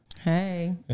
Hey